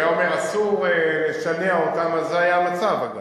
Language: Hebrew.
אם היה אומר: אסור לשנע אותם, אז זה היה המצב אגב.